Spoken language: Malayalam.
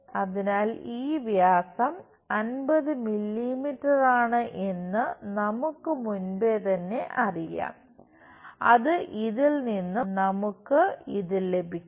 അതിനാൽ ഈ വ്യാസം 50 മില്ലീമീറ്ററാണ് എന്ന് നമുക്ക് മുൻപേതന്നെ അറിയാം അത് ഇതിൽ നിന്ന് നമുക്ക് ഇത് ലഭിക്കും